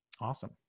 Awesome